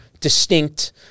distinct